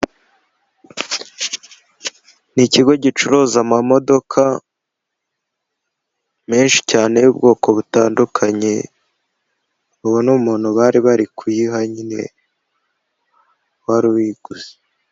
Ni ikigo gicuruza amamodoka menshi cyane y'ubwoko butandukanye, ubona umuntu bari bari kuyiha nyine wari uyiguze.